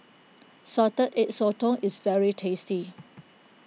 Salted Egg Sotong is very tasty